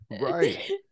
Right